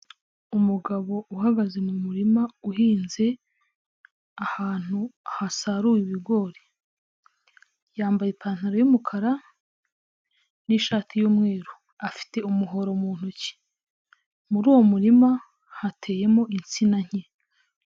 Umugabo uhagaze mu murima uhinze ahantu hasaruwe ibigori, yambaye ipantaro y'umukara n'ishati y'umweru, afite umuhoro mu ntoki. Muri uwo murima hateyemo insina nke.